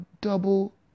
double